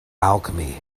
alchemy